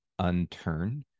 unturn